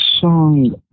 song